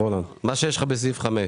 מה שיש לך בסעיף (5).